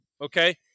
Okay